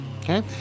Okay